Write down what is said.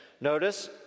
Notice